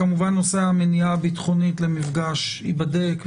כמובן נושא המניעה הביטחונית למפגש ייבדק,